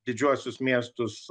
didžiuosius miestus